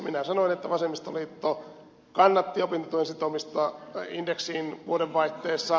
minä sanoin että vasemmistoliitto kannatti opintotuen sitomista indeksiin vuodenvaihteessa